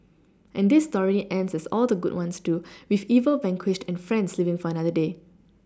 and this story ends as all the good ones do with evil vanquished and friends living for another day